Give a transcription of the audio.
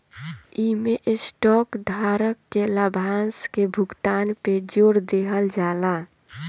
इमें स्टॉक धारक के लाभांश के भुगतान पे जोर देहल जाला